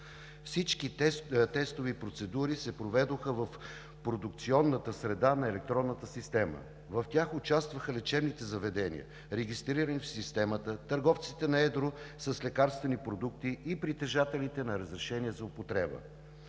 Всички тестови процедури се проведоха в продукционната среда на електронната система. В тях участваха лечебните заведения, регистрирани в системата, търговците на едро с лекарствени продукти и притежателите на разрешения за употреба.